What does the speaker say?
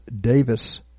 Davis